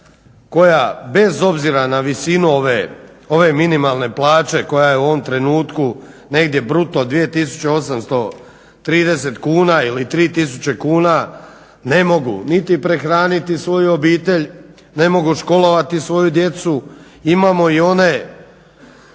koja bez obzira na visinu ove minimalne plaće koja je u ovom trenutku negdje bruto 2830 kuna ili 3000 kuna ne mogu niti prehraniti svoju obitelj, ne mogu školovati svoju djecu, imamo i one